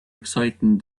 exciting